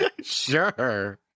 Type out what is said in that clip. Sure